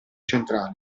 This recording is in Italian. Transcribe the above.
centrale